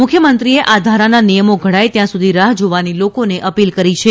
મુખ્યમંત્રીએ આ ધારાના નિયમો ઘડાય ત્યાં સુધી રાહ્ જોવાની લોકોને અપીલ કરી છે